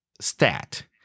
stat